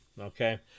Okay